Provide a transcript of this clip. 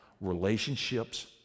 Relationships